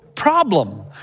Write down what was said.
problem